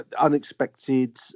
unexpected